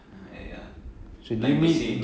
and ya like they say